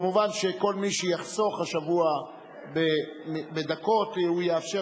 מובן שכל מי שיחסוך השבוע בדקות יאפשר